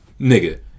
nigga